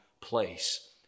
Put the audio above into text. place